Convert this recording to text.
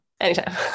Anytime